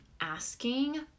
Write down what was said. asking